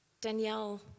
Danielle